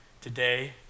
today